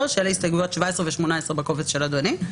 שאלה הסתייגויות 17 ו-18 בקובץ של אדוני,